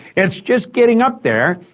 it's just getting up there,